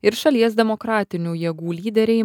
ir šalies demokratinių jėgų lyderiai